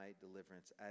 deliverance